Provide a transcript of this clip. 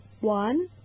One